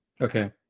Okay